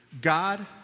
God